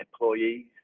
employees